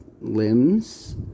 limbs